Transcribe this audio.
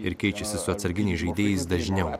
ir keičiasi su atsarginiais žaidėjais dažniau